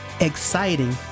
exciting